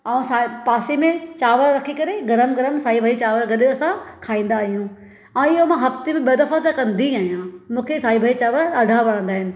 ऐं साए पासें में चांवर रखी करे गरम गरम साई भाॼी चांवर गॾु असां खाईंदा आहियूं आ ऐं इहो मां हफ़्ते में ॿ दफ़ा त कंदी आहियां मूंखे साई भाॼी चांवर ॾाढा वणंदा आहिनि